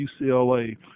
UCLA